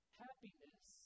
happiness